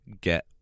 get